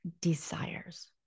desires